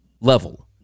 level